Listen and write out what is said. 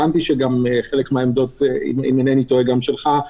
הבנתי שחלק מהעמדות הן גם שלך,